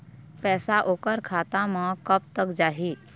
पैसा ओकर खाता म कब तक जाही?